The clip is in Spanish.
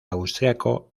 austriaco